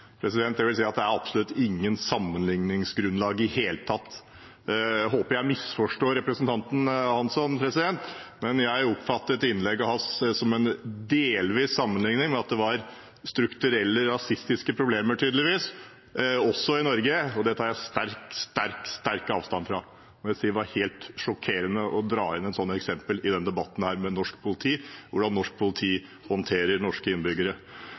Jeg vil si at det absolutt ikke er noe sammenligningsgrunnlag i det hele tatt. Jeg håper jeg misforstår representanten Hansson, men jeg oppfattet innlegget hans som en delvis sammenligning ved at det tydeligvis var strukturelle rasistiske problemer også i Norge, og det tar jeg veldig sterk avstand fra. Jeg vil si det er helt sjokkerende å dra inn et sånt eksempel i denne debatten om norsk politi – om hvordan norsk politi håndterer norske innbyggere.